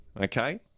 okay